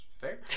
fair